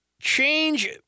change